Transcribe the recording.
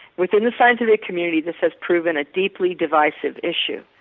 within the scientific community this has proven a deeply divisive issue.